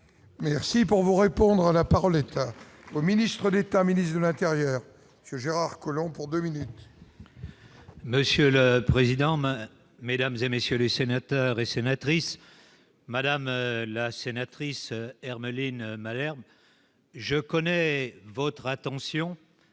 Merci pour vous répondre à la parole, déclare au ministre d'État, ministre de l'Intérieur que Gérard Collomb pour 2 minutes. Monsieur le président, ma mesdames et messieurs les sénateurs et sénatrices madame la sénatrice R Malines Malherbe. Je connais votre attention